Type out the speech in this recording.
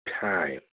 time